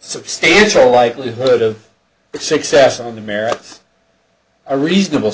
substantial likelihood of success on the merits a reasonable